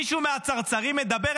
מישהו מהצרצרים מדבר?